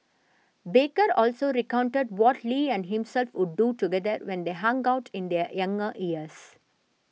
baker also recounted what Lee and himself would do together when they hung out in their younger years